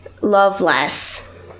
Loveless